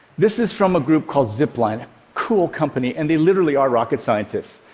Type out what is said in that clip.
this is from a group called zipline, a cool company, and they literally are rocket scientists.